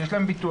שיש להם ביטוח.